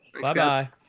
Bye-bye